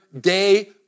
day